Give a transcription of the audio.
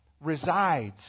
resides